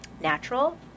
natural